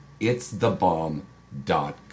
itsthebomb.com